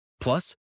Plus